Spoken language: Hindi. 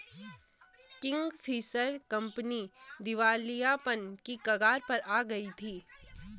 किंगफिशर कंपनी दिवालियापन की कगार पर आ गई थी